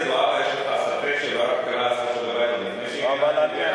יש לך ספק שוועדת הכלכלה עשתה שיעורי בית גם לפני שהיא הגיעה למליאה?